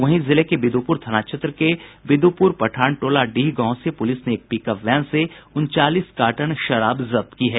वहीं जिले के विदुपुर थाना क्षेत्र के विदुपुर पठानटोला डीह गांव से पुलिस ने एक पिकअप वैन उनचालीस कार्टन विदेशी शराब जब्त की है